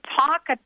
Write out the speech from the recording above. talk